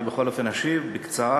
אני בכל אופן אשיב בקצרה,